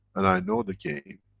and i know the game